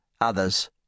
Others